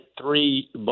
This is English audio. three